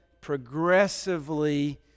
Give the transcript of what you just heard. progressively